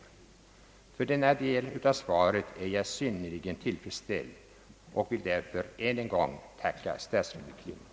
Med denna del av svaret är jag synnerligen tillfredsställd och vill därför än en gång tacka statsrådet.